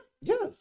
Yes